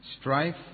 strife